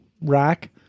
rack